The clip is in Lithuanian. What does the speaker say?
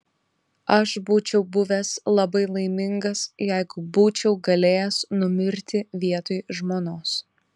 aš būčiau buvęs labai laimingas jeigu būčiau galėjęs numirti vietoj žmonos